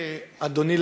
אדוני,